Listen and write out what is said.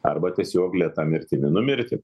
arba tiesiog lėta mirtimi numirti